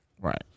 right